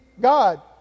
God